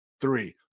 three